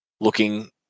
looking